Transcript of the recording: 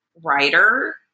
writer